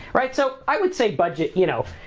right? so, i would say budget, you know,